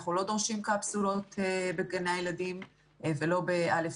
אנחנו לא דורשים קפסולות בגני הילדים ולא בכיתות א',